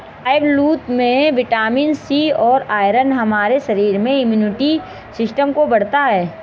शाहबलूत में vitamin C और आयरन हमारे शरीर में इम्युनिटी सिस्टम को बढ़ता है